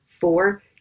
Four